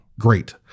great